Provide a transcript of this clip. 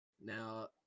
Now